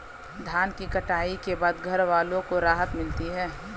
धान की कटाई के बाद घरवालों को राहत मिलती है